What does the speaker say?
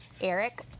Eric